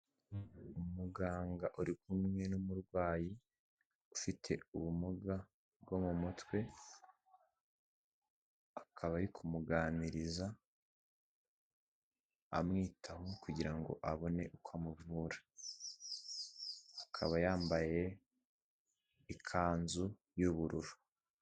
Umuganga uri kumwe n'umurwayi ufite ubumuga bwo mu mutwe, akaba ari kumuganiriza, amwitaho kugirango abone uko amuvura. Akaba yambaye ikanzu y'ubururu.